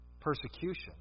Persecution